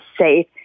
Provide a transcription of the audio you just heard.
safe